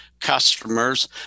customers